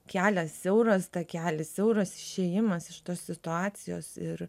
kelias siauras takelis siauras išėjimas iš tos situacijos ir